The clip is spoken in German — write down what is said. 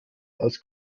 als